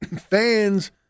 Fans